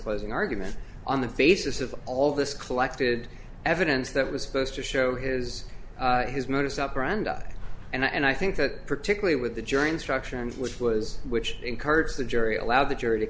closing argument on the basis of all this collected evidence that was supposed to show his his modus operandi and i think that particularly with the jury instructions which was which encourage the jury allow the jury to